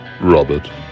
Robert